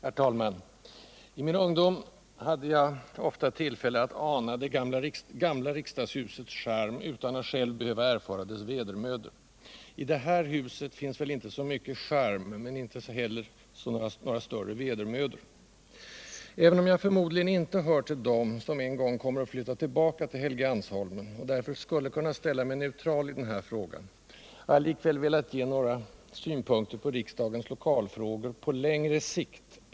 Herr talman! I min ungdom hade jag ofta tillfälle att ana det gamla riksdagshusets charm utan att själv behöva erfara dess vedermödor. I det här huset finns väl inte så mycket charm, men inte heller några större vedermödor. Även om jag förmodligen inte hör till dem som en gång kommer att flytta tillbaka till Helgeandsholmen, och därför skulle kunna ställa mig neutral i frågan, har jag likväl velat ge några synpunkter på riksdagens lokalfrågor på längre sikt.